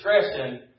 discretion